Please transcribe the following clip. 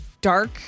dark